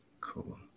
Cool